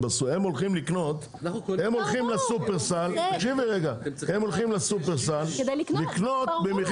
הם הולכים לקנות בשופרסל כדי לקנות במחיר